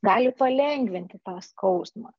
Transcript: gali palengvinti tą skausmą